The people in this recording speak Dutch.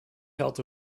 geld